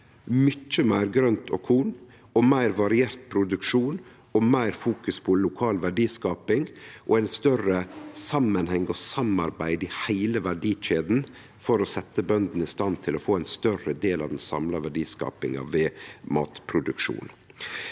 mykje meir grønt og korn, meir variert produksjon, meir fokus på lokal verdiskaping og større samanheng og samarbeid i heile verdikjeda for å setje bøndene i stand til å få ein større del av den samla verdiskapinga ved matproduksjon.